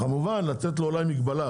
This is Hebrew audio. כמובן לתת לו אולי מגבלה,